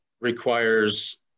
requires